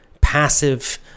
passive